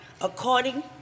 according